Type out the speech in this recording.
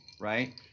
right